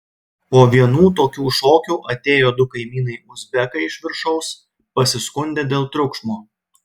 po vienų tokių šokių atėjo du kaimynai uzbekai iš viršaus pasiskundė dėl triukšmo